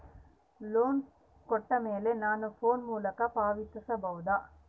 Loan ಕೊಟ್ಟ ಮೇಲೆ ನಾನು ಫೋನ್ ಮೂಲಕ ಪಾವತಿಸಬಹುದಾ?